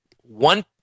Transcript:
one